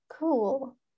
cool